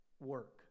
work